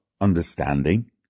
understanding